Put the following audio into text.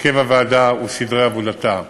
הרכבה וסדרי עבודתה),